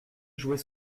jouets